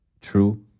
true